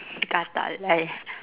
gatal I